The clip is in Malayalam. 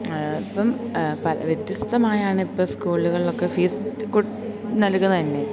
അപ്പം വ്യത്യസ്തമായാണിപ്പം സ്കൂളുകളിലൊക്കെ ഫീസ് നൽകുന്നതു തന്നെ